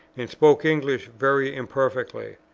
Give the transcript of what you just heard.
and spoke english very imperfectly.